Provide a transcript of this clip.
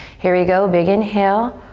here we go, big inhale.